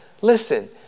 Listen